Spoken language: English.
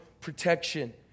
protection